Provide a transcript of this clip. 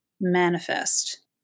manifest